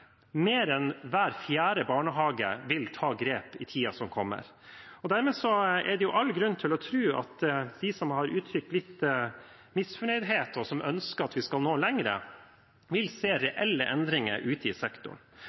mer enn hver fjerde barnehage vil ta grep i tiden som kommer. Dermed er det all grunn til å tro at de som har uttrykt at de er litt misfornøyde, og som ønsker at vi skal nå lenger, vil se reelle endringer ute i sektoren.